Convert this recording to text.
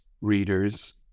readers